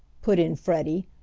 put in freddie,